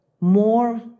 more